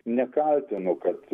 nekaltinu kad